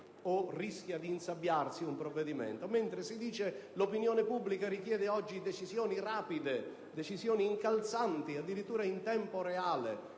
o rischia di insabbiarsi un provvedimento, mentre si dice che l'opinione pubblica richiede oggi decisioni rapide, incalzanti, addirittura in tempo reale.